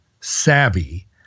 savvy